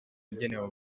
igenewe